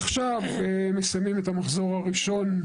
עכשיו מסיימים את המחזור הראשון.